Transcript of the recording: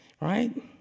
right